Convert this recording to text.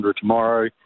tomorrow